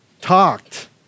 talked